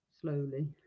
slowly